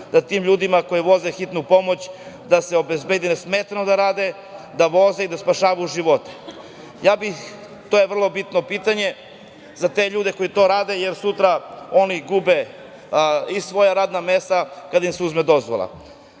da tim ljudima koji voze hitnu pomoć da se obezbedi nesmetano da rade, da voze i spašavaju živote. To je vrlo bitno pitanje za te ljude koji to rade, jer sutra oni gube i svoja radna mesta kada im se oduzme dozvola. Sa